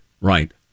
right